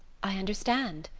i understand.